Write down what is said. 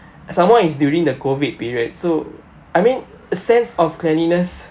some more it's during the COVID period so I mean sense of cleanliness